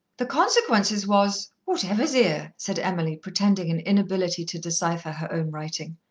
the consequences was whatever's here? said emily, pretending an inability to decipher her own writing.